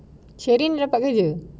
sheryn dapat kerja